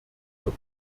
wird